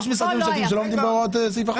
יש משרדים ממשלתיים שלא עומדים בהוראות החוק?